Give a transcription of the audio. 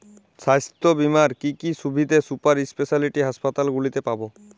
স্বাস্থ্য বীমার কি কি সুবিধে সুপার স্পেশালিটি হাসপাতালগুলিতে পাব?